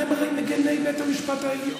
אתם הרי מגיני בית המשפט העליון.